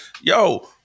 yo